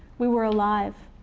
we were alive.